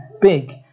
big